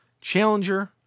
Challenger